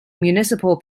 municipal